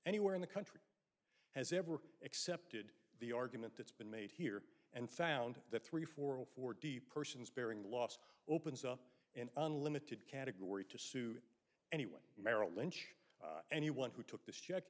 anywhere in the country has ever accepted the argument that's been made here and found that three four or four d persons bearing the last opens up an unlimited category to suit anyway merrill lynch anyone who took this check